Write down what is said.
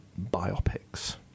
biopics